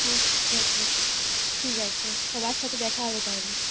হ্যাঁ ঠিক আছে ঠিক আছে সবার সাথে দেখা হবে তাহলে